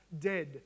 dead